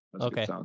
Okay